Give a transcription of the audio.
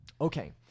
Okay